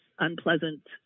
unpleasant